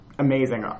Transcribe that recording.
amazing